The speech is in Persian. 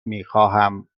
میخواهم